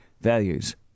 Values